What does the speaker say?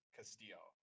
Castillo